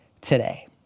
today